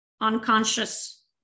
unconscious